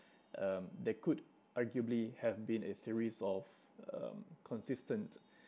um there could arguably have been a series of um consistent